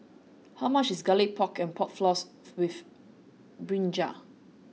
how much is garlic pork and pork floss with brinjal